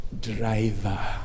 Driver